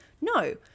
No